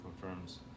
confirms